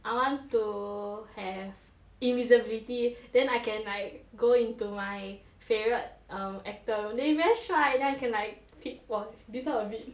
I want to have invisibility then I can like go into my favourite um actor they very 帅 then I can like peek !wah! this [one] a bit